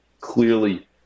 clearly